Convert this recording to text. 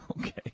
Okay